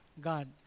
God